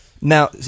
Now